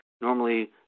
Normally